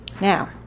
Now